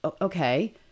okay